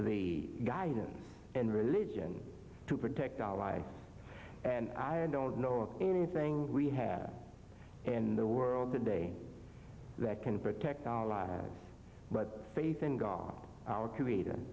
the guidance and religion to protect our lives and i don't know of anything we have in the world today that can protect our lives but faith in god our creator and